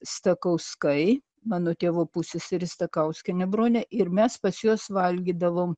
stakauskai mano tėvo pusseserė stakauskienė bronė ir mes pas juos valgydavom